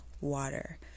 water